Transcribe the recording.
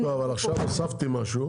אבל עכשיו הוספתי דבר נוסף,